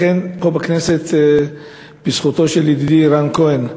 לכן, פה בכנסת, בזכותו של ידידי רן כהן,